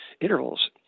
intervals